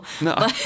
No